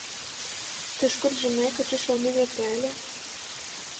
tai iš kur žinai kad čia šauni vietelė